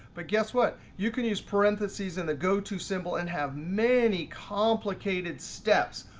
but guess what? you can use parentheses in the go to symbol and have many complicated steps.